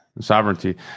sovereignty